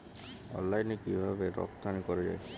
অনলাইনে কিভাবে রপ্তানি করা যায়?